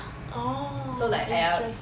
orh interesting